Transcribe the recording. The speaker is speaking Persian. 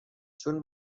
چون